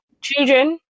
Children